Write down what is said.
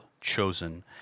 chosen